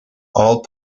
all